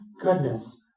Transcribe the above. goodness